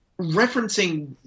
referencing